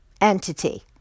entity